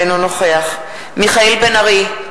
אינו נוכח מיכאל בן-ארי,